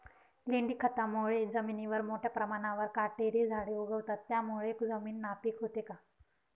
लेंडी खतामुळे जमिनीवर मोठ्या प्रमाणावर काटेरी झाडे उगवतात, त्यामुळे जमीन नापीक होते का?